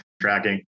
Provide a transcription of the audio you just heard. tracking